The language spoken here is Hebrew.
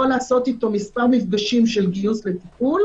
לעשות איתו מספר מפגשים של גיוס לטיפול,